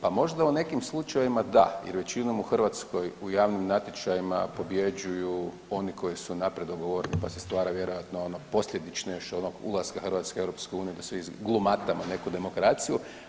Pa možda u nekim slučajevima da jer većinom u Hrvatskoj u javnim natječajima pobjeđuju oni koji su unaprijed dogovore, pa se stvara vjerojatno ono posljedično još od onog ulaska Hrvatske u Europsku uniju da svi glumatamo neku demokraciju.